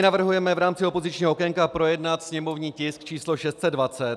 Navrhujeme v rámci opozičního okénka projednat sněmovní tisk číslo 620.